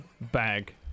bag